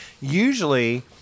Usually